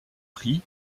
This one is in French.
prix